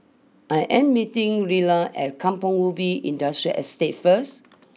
I am meeting Rilla at Kampong Ubi Industrial Estate first